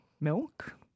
milk